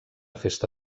festa